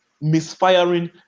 misfiring